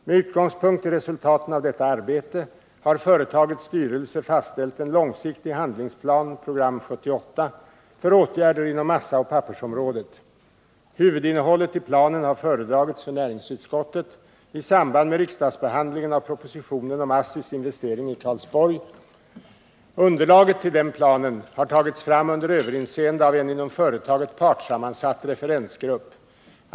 Med utgångspunkt i resultaten av detta arbete har företagets styrelse fastställt en långsiktig handlingsplan, Program 78, för åtgärder inom massaoch pappersområdet. Huvudinnehållet i planen har föredragits för näringsutskottet i samband med riksdagsbehandlingen av propositionen om ASSI:s investering i Karlsborg . Underlaget till denna plan har tagits fram under överinseende av en inom företaget partssammansatt referensgrupp.